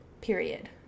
Period